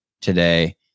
today